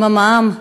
עם המע"מ,